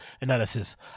analysis